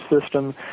system